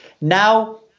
now